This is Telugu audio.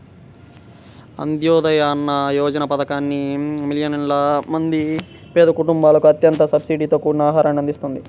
అంత్యోదయ అన్న యోజన పథకాన్ని మిలియన్ల మంది పేద కుటుంబాలకు అత్యంత సబ్సిడీతో కూడిన ఆహారాన్ని అందిస్తుంది